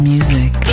Music